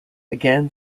again